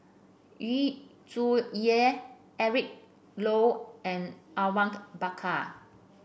Yu Zhuye Eric Low and Awang Bakar